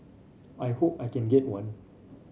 I hope I can get one